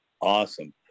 Awesome